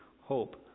hope